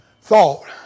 thought